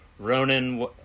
Ronan